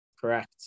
Correct